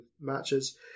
matches